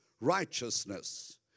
righteousness